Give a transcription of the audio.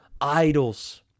idols